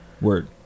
Word